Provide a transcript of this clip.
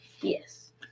Yes